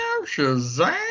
Shazam